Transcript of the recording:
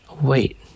Wait